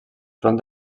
front